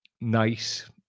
nice